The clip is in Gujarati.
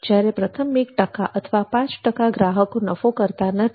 જ્યારે પ્રથમ એક ટકા અથવા પાંચ ટકા ગ્રાહકો નફો કરતા નથી